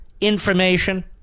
information